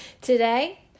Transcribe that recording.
Today